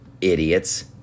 idiots